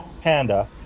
panda